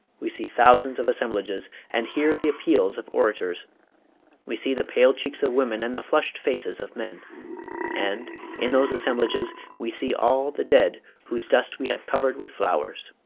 we see thousands of assemblages, and hear the appeals of orators we see the pale cheeks of women and the flushed faces of men and in those assemblages we see all the dead whose dust we have covered with flowers.